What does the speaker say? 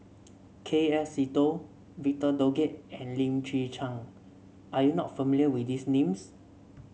K F Seetoh Victor Doggett and Lim Chwee Chian are you not familiar with these names